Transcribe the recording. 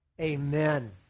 Amen